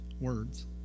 words